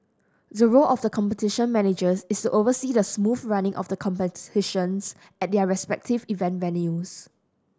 the role of the Competition Managers is oversee the smooth running of the competitions at their respective event venues